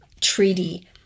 treaty